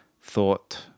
thought